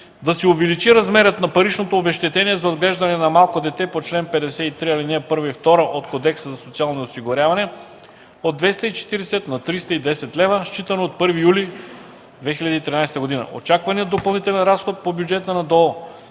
да се увеличи размерът на паричното обезщетение за отглеждане на малко дете по чл. 53, ал. 1 и 2 от Кодекса за социално осигуряване от 240 лв. на 310 лв., считано от 1 юли 2013 г. Очакваният допълнителен разход по бюджета на ДОО